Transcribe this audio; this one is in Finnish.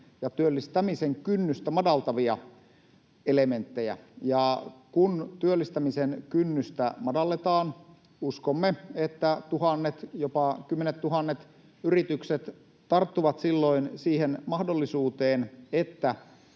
ja työllistämisen kynnystä madaltavia elementtejä. Kun työllistämisen kynnystä madalletaan, niin uskomme, että tuhannet, jopa kymmenettuhannet, yritykset tarttuvat silloin siihen mahdollisuuteen, että